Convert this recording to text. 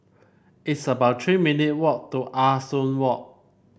it's about Three minute walk to Ah Soo Walk